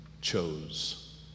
chose